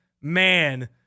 man